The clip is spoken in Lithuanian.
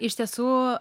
iš tiesų